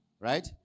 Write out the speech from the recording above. right